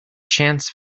chance